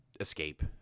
escape